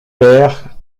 père